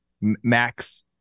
Max